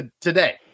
Today